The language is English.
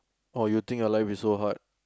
oh you think your life is so hard